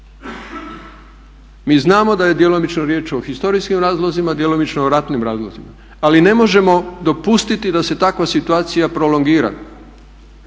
Mi znamo da je djelomično riječ o povijesnim razlozima, djelomično o ratnim razlozima, ali ne možemo dopustiti da se takva situacija prolongira